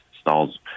stalls